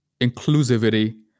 inclusivity